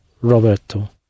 Roberto